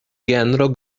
genro